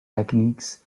techniques